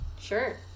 Sure